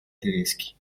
tedeschi